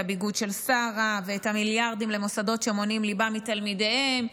הביגוד של שרה ואת המיליארדים למוסדות שמונעים ליבה מתלמידיהם,